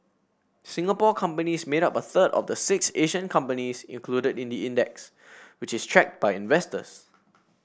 Singapore companies made up a third of the six Asian companies included in the index which is tracked by investors